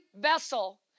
vessel